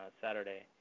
Saturday